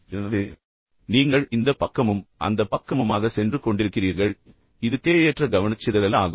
எனவே காட்சி இங்கே உள்ளது எனவே நீங்கள் இந்தப் பக்கமும் அந்தப் பக்கமுமாக சென்று கொண்டிருக்கிறீர்கள் இது தேவையற்ற கவனச்சிதறல் ஆகும்